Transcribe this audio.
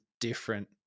different